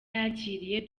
yakiriye